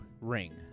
ring